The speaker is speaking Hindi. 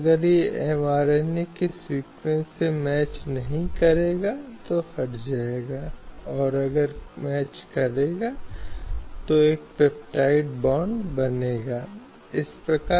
अगर हम याद कर सकते हैं कि हाल के दिनों में यह किस अर्थ में विचार विमर्श में रहा है तो यह ट्रिपल तलाक के मुद्दे पर है